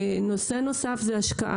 נושא נוסף השקעה.